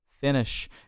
finish